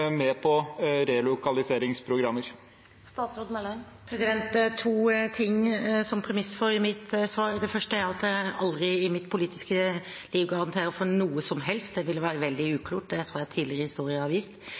med på relokaliseringsprogrammer. Statsråd Monica Mæland [15:23:57]: Det er to ting som er premiss for mitt svar. Det første er at jeg aldri i mitt politiske liv garanterer for noe som helst. Det ville være veldig uklokt. Det tror jeg tidligere historier har vist.